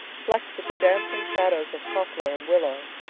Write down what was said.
flecked with the dancing shadows of poplar and willow.